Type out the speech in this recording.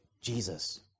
Jesus